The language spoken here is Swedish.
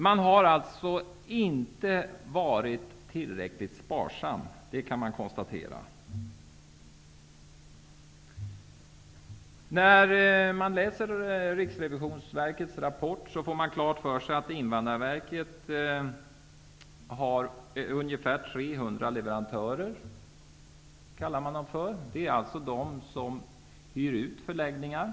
Man har alltså inte varit tillräckligt sparsam. Det kan vi konstatera. När man läser Riksrevisionsverkets rapport får man klart för sig att Invandrarverket har ungefär 300 leverantörer. Det är vad man kallar dem. Det är alltså de som hyr ut förläggningar.